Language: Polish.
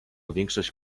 większość